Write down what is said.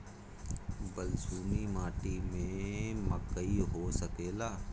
बलसूमी माटी में मकई हो सकेला?